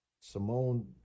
Simone